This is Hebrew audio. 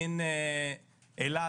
דין אילת,